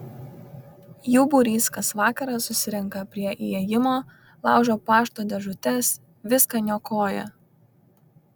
jų būrys kas vakarą susirenka prie įėjimo laužo pašto dėžutes viską niokoja